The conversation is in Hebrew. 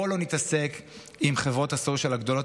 בואו לא נתעסק עם חברות ה-social הגדולות,